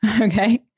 okay